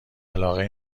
علاقه